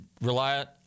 reliant